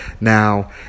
Now